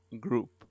group